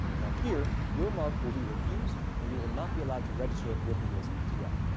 now, here, your mark will be refused and you will not be allowed to register it with the uspto.